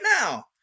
now